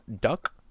duck